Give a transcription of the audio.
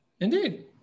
indeed